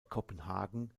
kopenhagen